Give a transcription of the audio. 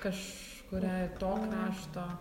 kažkuria to krašto